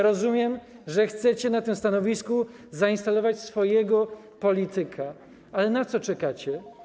Rozumiem, że chcecie na tym stanowisku zainstalować swojego polityka, ale na co czekacie?